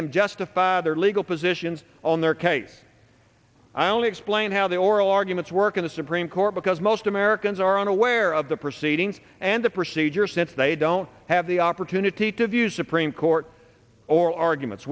them justify their legal positions on their case i only explain how the oral arguments work in the supreme court because most americans are unaware of the proceedings and the procedure since they don't have the opportunity to view supreme court or